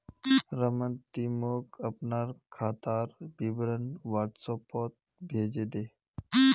रमन ती मोक अपनार खातार विवरण व्हाट्सएपोत भेजे दे